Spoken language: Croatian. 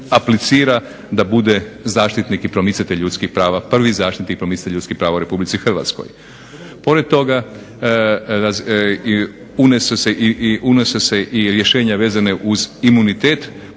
da bude zaštitnik i promicatelj ljudskih prava, prvi zaštitnik i promicatelj ljudskih prava u RH. Pored toga unijela su se i rješenja vezana uz imunitet